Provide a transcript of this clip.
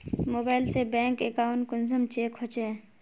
Mobile से bank account कुंसम check होचे?